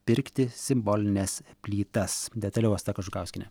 pirkti simbolines plytas detaliau asta kažukauskienė